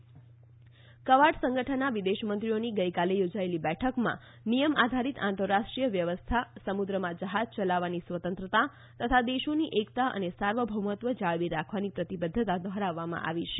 Quad દેશો Quad સંગઠનનાં વિદેશમંત્રીઓની ગઈકાલે યોજાયેલી બેઠકમાં નિયમ આધારીત આંતરરાષ્ટ્રીય વ્યવસ્થા સમુદ્રમાં જહાજ ચલવવાની સ્વતંત્રતાં તથા દેશોની એકતાં અને સાર્વભૌમત્વ જાળવી રાખવાની પ્રતિબધ્ધતા દોહરાવવામાં આવી છે